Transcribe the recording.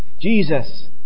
Jesus